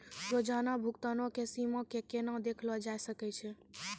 रोजाना भुगतानो के सीमा के केना देखलो जाय सकै छै?